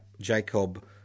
Jacob